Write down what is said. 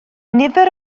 nifer